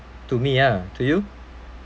to me ah to you